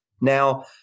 Now